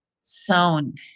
sound